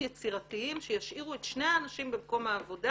יצירתיים שישאירו את שני האנשים במקום העבודה